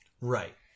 Right